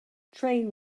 train